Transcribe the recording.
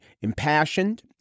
impassioned